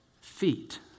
feet